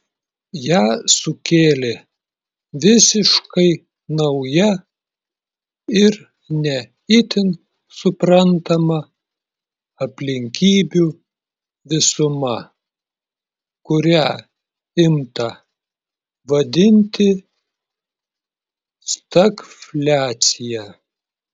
ją sukėlė visiškai nauja ir ne itin suprantama aplinkybių visuma kurią imta vadinti stagfliacija